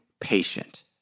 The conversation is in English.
patient